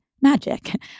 magic